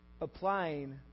applying